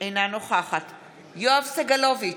אינה נוכחת יואב סגלוביץ'